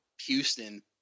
Houston